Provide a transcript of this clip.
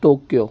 Tokyo